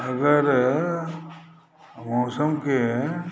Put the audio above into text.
अगर मौसमके